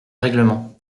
règlement